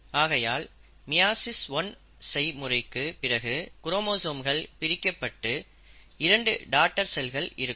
ஆகையால் மியாசிஸ் 1 செய்முறைக்கு பிறகு குரோமோசோம்கள் பிரிக்கப்பட்டு 2 டாடர் செல்கள் இருக்கும்